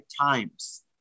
times